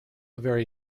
very